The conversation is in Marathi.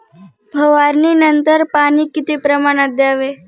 फवारणीनंतर पाणी किती प्रमाणात द्यावे?